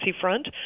front